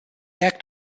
act